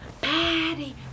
Patty